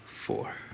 Four